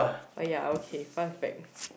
oh yeah okay perfect